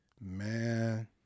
man